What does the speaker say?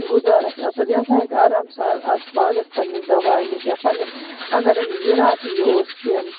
گُزار اسہِ اصٕل یہِ ہَسا ہیٚکہِ آرام سان اتھ باغس پَننس دَوا أنِتھ یا پَننِس اَگر أمِس زرات تہِ یہ اوس کہ